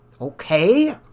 Okay